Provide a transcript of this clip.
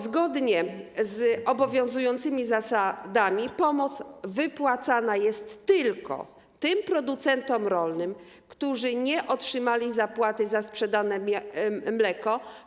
Zgodnie z obowiązującymi zasadami pomoc wypłacana jest tylko tym producentom rolnym, którzy nie otrzymali zapłaty za mleko sprzedane